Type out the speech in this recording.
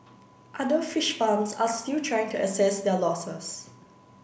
other fish farms are still trying to assess their losses